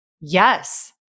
Yes